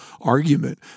argument